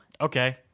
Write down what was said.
Okay